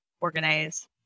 organize